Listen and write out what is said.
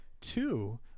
two